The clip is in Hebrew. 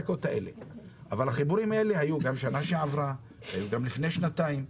אבל החיבורים האלה היו גם בשנה שעברה וגם לפני שנתיים.